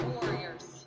Warriors